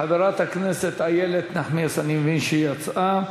חברת הכנסת איילת נחמיאס, אני מבין שהיא יצאה.